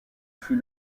fut